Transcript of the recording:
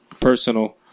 personal